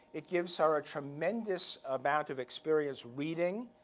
it gives her a tremendous amount of experience reading,